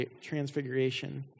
Transfiguration